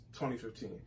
2015